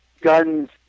guns